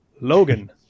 Logan